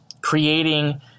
creating